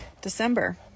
December